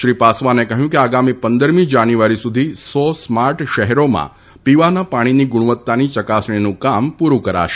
શ્રી પાસવાને કહ્યું કે આગામી પંદરમી જાન્યુઆરી સુધી સો સ્માર્ટ શહેરોમાં પીવાના પાણીની ગુણવત્તાની યકાસણીનું કામ પુરું કરાશે